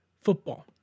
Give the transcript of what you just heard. football